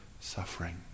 suffering